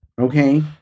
Okay